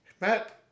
Matt